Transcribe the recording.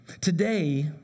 Today